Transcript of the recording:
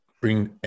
bring